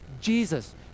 Jesus